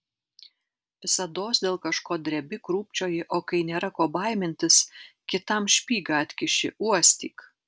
visados dėl kažko drebi krūpčioji o kai nėra ko baimintis kitam špygą atkiši uostyk